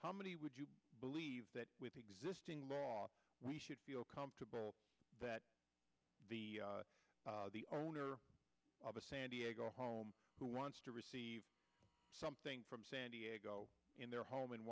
somebody would you believe that with existing laws we should feel comfortable that the the owner of a san diego home who wants to receive something from san diego in their home in